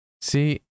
See